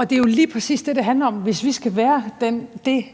Det er jo lige præcis det, det handler om. Hvis vi skal være det